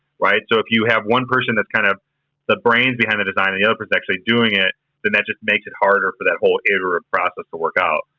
right? so, if you have one person that's kinda kind of the brains behind the design and the other person actually doing it, then that just makes it harder for that whole iterative process to work out.